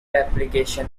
application